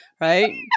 Right